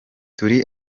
turi